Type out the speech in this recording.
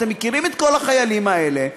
אתם מכירים את כל החיילים האלה,